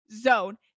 zone